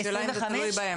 זה לא צריך להיות כך.